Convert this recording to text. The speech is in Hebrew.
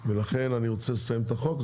לכן, אני רוצה לסיים את החוק.